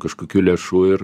kažkokių lėšų ir